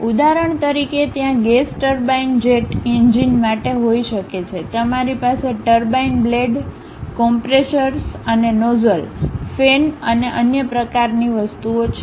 ઉદાહરણ તરીકે ત્યાં ગેસ ટર્બાઇન જેટ એન્જિન માટે હોઈ શકે છે તમારી પાસે ટર્બાઇન બ્લેડ કોમ્પ્રેશર્સ અને નોઝલ ફેન અને અન્ય પ્રકારની વસ્તુઓ છે